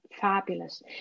Fabulous